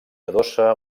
adossa